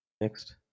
next